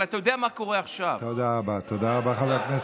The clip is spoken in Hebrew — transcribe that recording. אבל אתה יודע מה קורה עכשיו.